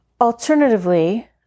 Alternatively